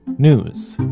news.